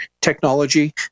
technology